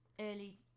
early